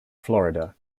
florida